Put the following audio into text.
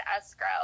escrow